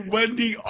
Wendy